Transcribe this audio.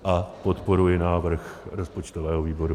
A podporuji návrh rozpočtového výboru.